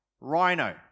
rhino